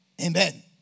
Amen